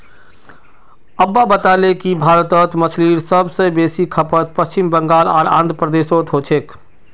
अब्बा बताले कि भारतत मछलीर सब स बेसी खपत पश्चिम बंगाल आर आंध्र प्रदेशोत हो छेक